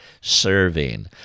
serving